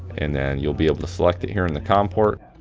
and then you'll be able to select it here in the com port.